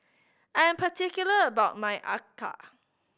I am particular about my acar